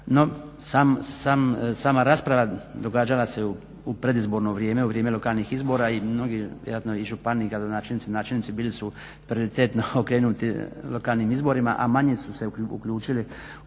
No sama rasprava događala se u predizborno vrijeme, u vrijeme lokalnih izbora i mnogi, vjerojatno i župani i gradonačelnici, načelnici bili su prioritetno okrenuti lokalnim izborima a manje su se uključili u